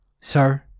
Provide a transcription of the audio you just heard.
Sir